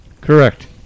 Correct